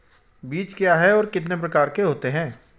बीज क्या है और कितने प्रकार के होते हैं?